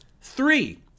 Three